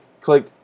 click